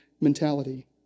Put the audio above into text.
Mentality